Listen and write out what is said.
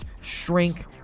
shrink